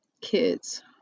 kids